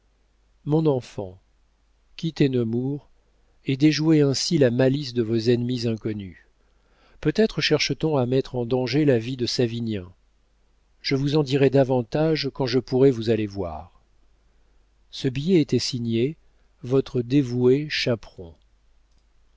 mon enfant quittez nemours et déjouez ainsi la malice de vos ennemis inconnus peut-être cherche t on à mettre en danger la vie de savinien je vous en dirai davantage quand je pourrai vous aller voir ce billet était signé votre dévoué chaperon